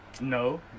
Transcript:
No